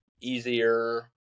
easier